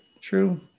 true